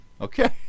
Okay